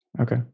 Okay